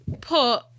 put